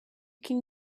can